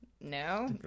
No